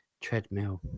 treadmill